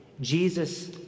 Jesus